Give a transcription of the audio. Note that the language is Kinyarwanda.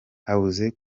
habuze